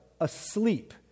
asleep